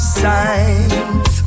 signs